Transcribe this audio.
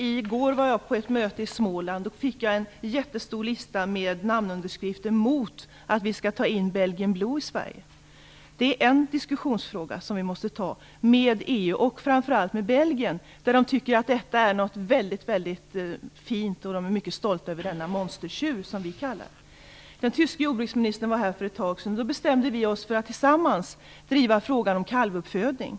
I går var jag på ett möte i Småland och fick en jättelång lista med namnunderskrifter mot att vi skall ta in Belgian Blue i Sverige. Det är en fråga som vi får ta upp till diskussion med EU och framför allt med Belgien, där man tycker att detta är något mycket fint. Där är man mycket stolta över denna monstertjur, som vi kallar den. Den tyske jordbruksministern var här för ett tag sedan. Då bestämde vi oss för att tillsammans driva frågan om kalvuppfödning.